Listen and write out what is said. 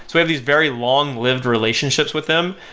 we have these very long-lived relationships with them.